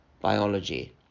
biology